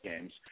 games